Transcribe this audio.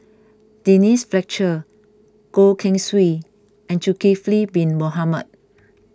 Denise Fletcher Goh Keng Swee and Zulkifli Bin Mohamed